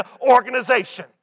organization